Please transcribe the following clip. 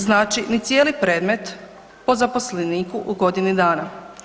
Znači, ni cijeli predmet, po zaposleniku u godini dana.